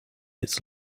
its